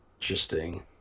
interesting